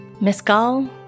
Mescal